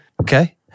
Okay